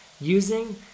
using